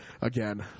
Again